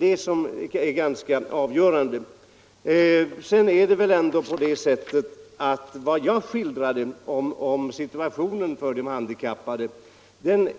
Det är en ganska avgörande fråga. De handikappades situation, som jag skildrade